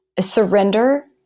surrender